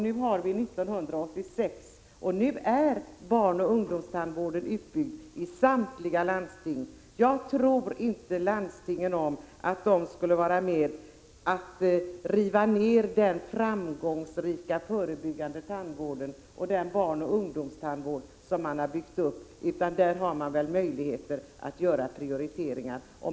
Nu har vi 1986 och nu är barnoch ungdomstandvården utbyggd i samtliga landsting. Jag tror inte landstingen om att vilja vara med om att riva ner den framgångsrika förebyggande tandvården och den barnoch ungdomstandvård man byggt upp, utan där har man möjligheter att göra prioriteringar.